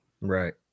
Right